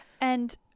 And-